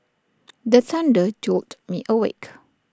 the thunder jolt me awake